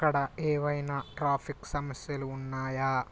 అక్కడ ఏవైన ట్రాఫిక్ సమస్యలు ఉన్నాయా